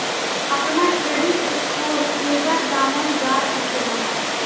अपना credit score केगा जानल जा सकेला?